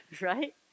right